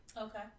Okay